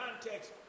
context